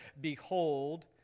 Behold